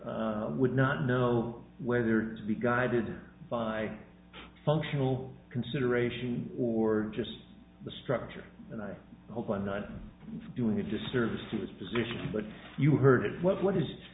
would not know whether to be guided by functional consideration or just the structure and i hope i'm not doing a disservice to his position but you heard what what is